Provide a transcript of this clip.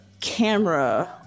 camera